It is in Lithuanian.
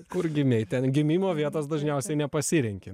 kur gimei ten gimimo vietos dažniausiai nepasirenki